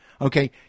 okay